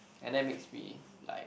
and then makes me like